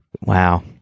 Wow